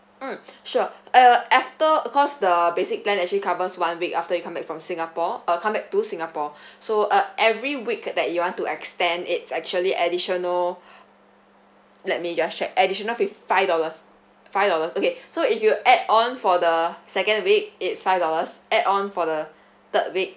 mm sure err after of course the basic plan actually covers one week after you come back from singapore uh come back to singapore so uh every week that you want to extend it's actually additional let me just check additional fifth five dollars five dollars okay so if you add on for the second week it five dollars add on for the third week